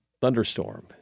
thunderstorm